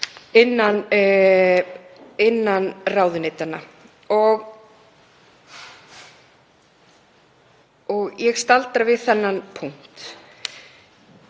innan ráðuneytanna. Ég staldra við þann punkt.